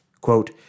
Quote